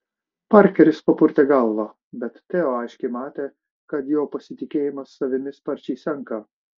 parkeris papurtė galvą bet teo aiškiai matė kad jo pasitikėjimas savimi sparčiai senka